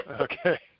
Okay